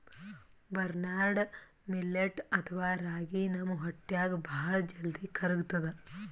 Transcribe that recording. barnyard millet ಅಥವಾ ರಾಗಿ ನಮ್ ಹೊಟ್ಟ್ಯಾಗ್ ಭಾಳ್ ಜಲ್ದಿ ಕರ್ಗತದ್